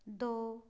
ਦੋ